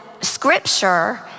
scripture